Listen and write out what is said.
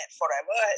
forever